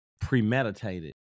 premeditated